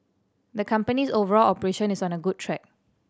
the company's overall operation is on a good track